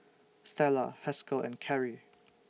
Stella Haskell and Kerrie